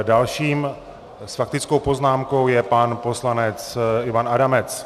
Dalším s faktickou poznámkou je pan poslanec Ivan Adamec.